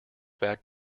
back